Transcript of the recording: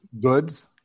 goods